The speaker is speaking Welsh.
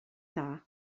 dda